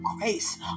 grace